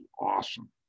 awesome